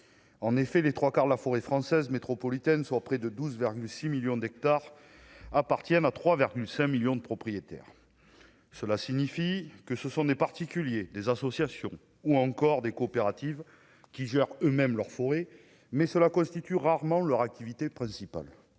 en effet les 3 quarts de la forêt française métropolitaine, soit près de 12,6 millions d'hectares appartiennent à 3,5 millions de propriétaires, cela signifie que ce sont des particuliers, des associations ou encore des coopératives qui gèrent eux-mêmes leur forêt mais cela constitue rarement leur activité principale,